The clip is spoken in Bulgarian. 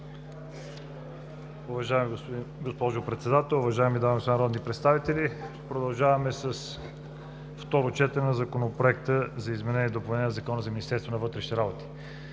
Уважаема госпожо Председател, уважаеми дами и господа народни представители! Продължаваме с второ четене на Законопроекта за изменение и допълнение на Закона за Министерство на вътрешните работи.